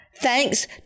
thanks